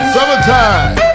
Summertime